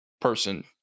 person